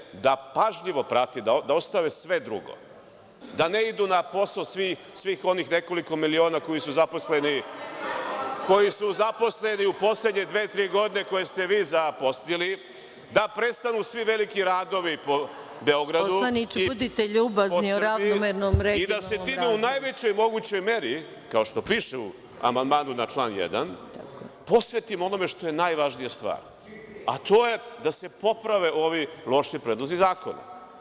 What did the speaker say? Pozivam javnost Srbije da pažljivo prati, da ostave sve drugo, da ne idu na posao svi, svih onih nekoliko miliona koji su zaposleni u poslednje dve-tri godine, koje ste vi zaposlili, da prestanu svi veliki radovi po Beogradu i po Srbiji i da se time u najvećoj mogućoj meri, kao što piše u amandmanu na član 1, posvetimo onome što je najvažnija stvar, a to je da se poprave ovi loši predlozi zakona.